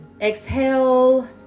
Exhale